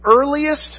earliest